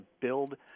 build